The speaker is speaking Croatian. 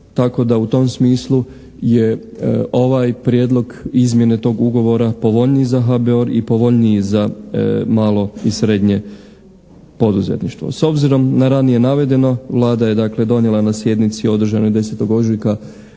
Tako da u tom smislu je ovaj Prijedlog izmjene tog ugovora povoljniji za HBOR i povoljniji za malo i srednje poduzetništvo. S obzirom na ranije navedeno Vlada je dakle donijela na sjednici održanoj 10. ožujka